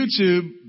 YouTube